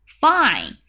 Fine